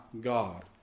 God